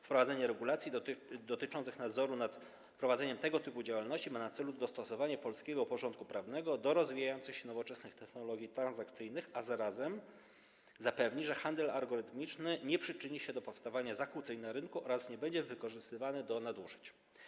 Wprowadzenie regulacji dotyczących nadzoru nad prowadzeniem tego typu działalności ma na celu dostosowanie polskiego porządku prawnego do rozwijających się nowoczesnych technologii transakcyjnych, a zarazem zapewni, że handel algorytmiczny nie przyczyni się do powstawania zakłóceń na rynku oraz nie będzie wykorzystywany do nadużyć.